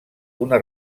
una